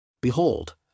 Behold